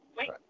Wait